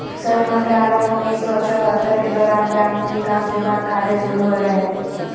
सन मंत्रालय उन्नीस सौ चैह्त्तर के दौरान ग्रामीण विकास विभाग खाद्य शुरू होलैय हइ